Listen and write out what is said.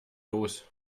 los